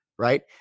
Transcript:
Right